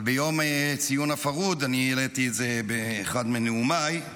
אבל ביום ציון הפרהוד אני העליתי את זה באחד מנאומיי,